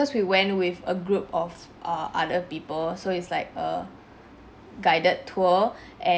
~use we went with a group of uh other people so it's like a guided tour and